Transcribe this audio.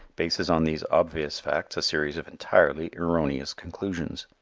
bases on these obvious facts a series of entirely erroneous conclusions.